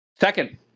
Second